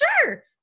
sure